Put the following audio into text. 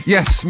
Yes